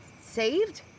Saved